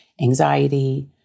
anxiety